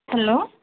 hello